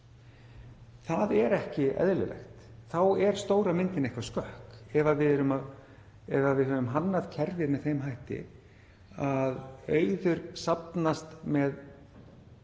Það er ekki eðlilegt. Þá er stóra myndin eitthvað skökk ef við höfum hannað kerfið með þeim hætti að auður safnast með